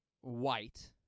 white